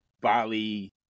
Bali